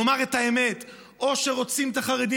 נאמר את האמת: או שרוצים את החרדים